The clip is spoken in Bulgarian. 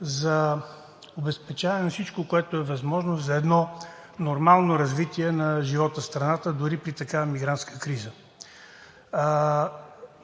за обезпечаване на всичко, което е възможно, за едно нормално развитие на живота в страната, дори при такава мигрантска криза.